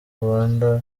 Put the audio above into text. rwanda